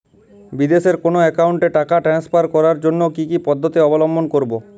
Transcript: বিদেশের কোনো অ্যাকাউন্টে টাকা ট্রান্সফার করার জন্য কী কী পদ্ধতি অবলম্বন করব?